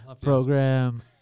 program